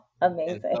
Amazing